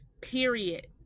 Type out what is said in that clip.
period